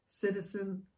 citizen